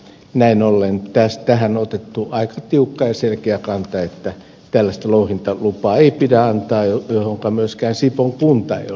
näin ollen tähän on otettu aika tiukka ja selkeä kanta että ei pidä antaa tällaista louhintalupaa johonka myöskään sipoon kunta ei ole suostunut